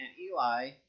Eli